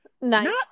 Nice